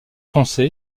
foncé